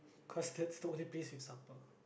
cause that's the only place with supper